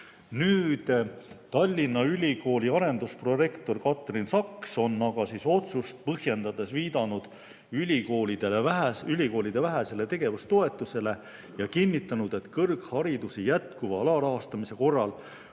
Tallinna Ülikooli arendusprorektor Katrin Saks on otsust põhjendades viidanud ülikoolide vähesele tegevustoetusele ja kinnitanud, et kõrghariduse jätkuva alarahastamise korral